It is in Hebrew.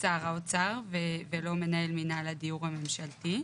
שר האוצר ולא מנהל מינהל הדיור הממשלתי.